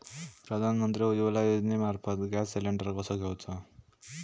प्रधानमंत्री उज्वला योजनेमार्फत gas cylinder कसो घेऊचो?